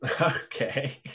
Okay